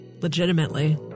Legitimately